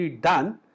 done